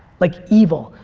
like evil.